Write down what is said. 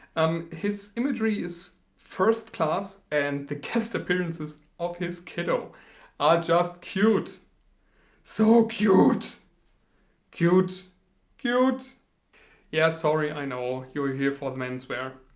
um his imagery is first class and the guest appearances of his kiddo are just cute so cute cute cute yeah sorry i know you're here for the menswear